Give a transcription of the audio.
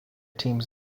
teams